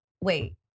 wait